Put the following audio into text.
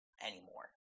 anymore